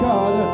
God